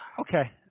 Okay